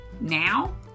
now